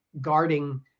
guarding